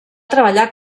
treballar